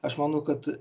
aš manau kad